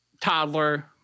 toddler